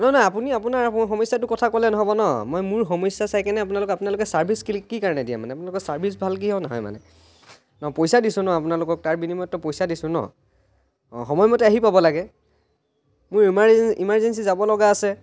নহয় নহয় আপুনি আপোনাৰ সমস্যাটোৰ কথা ক'লে নহ'ব ন মই মোৰ সমস্যা চাই কেনে আপোনালোক আপোনালোকে ছাৰ্ভিছ কেলৈ কি কাৰণে দিয়ে মানে আপোনালোকৰ ছাৰ্ভিচ ভাল কিয় নহয় মানে ন পইচা দিছোঁ ন আপোনালোকক তাৰ বিনিময়ততো পইচা দিছোঁ ন অঁ সময়মতে আহি পাব লাগে মোৰ ইমাৰ ইমাৰ্জেঞ্চী যাব লগা আছে